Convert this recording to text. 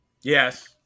Yes